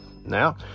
Now